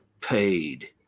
paid